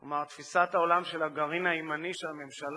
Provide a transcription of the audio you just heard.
כלומר תפיסת העולם של הגרעין הימני של הממשלה,